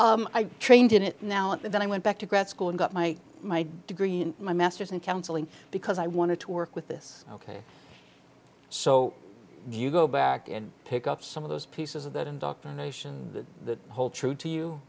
i trained in it now and then i went back to grad school and got my my degree and my master's in counseling because i wanted to work with this ok so you go back and pick up some of those pieces of that indoctrination that hold true to you